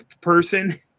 person